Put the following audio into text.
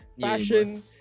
Fashion